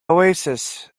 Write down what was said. oasis